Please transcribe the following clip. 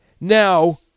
Now